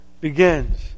begins